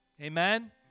Amen